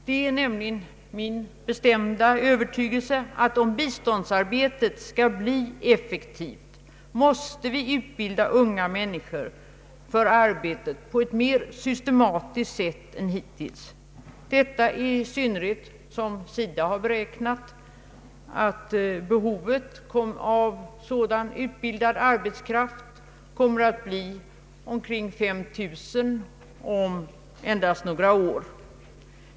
Det är nämligen min bestämda övertygelse att om biståndsarbetet skall bli effektivt måste vi utbilda unga människor för arbetet på ett mer systematiskt sätt än hittills, detta i synnerhet som SIDA har beräknat att behovet av utbildad arbetskraft kommer att vara omkring 5 000 personer om endast några år.